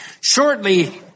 Shortly